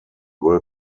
will